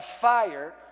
fire